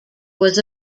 was